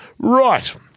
Right